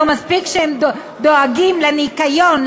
לא מספיק שהן דואגות לניקיון,